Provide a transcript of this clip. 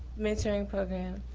midterm program,